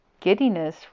giddiness